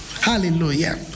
Hallelujah